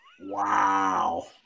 Wow